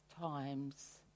times